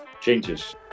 changes